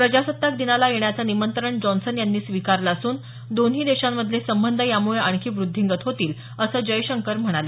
प्रजासत्ताक दिनाला येण्याचे निमंत्रण जॉन्सन यांनी स्वीकारलं असून दोन्ही देशांमधले संबंध यामुळे आणखी वृद्धींगत होतील असं जयशंकर म्हणाले